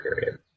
period